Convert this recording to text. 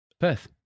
Perth